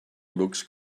looks